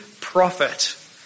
prophet